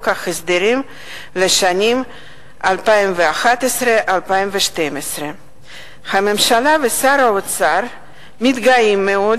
ההסדרים לשנים 2011 2012. הממשלה ושר האוצר מתגאים מאוד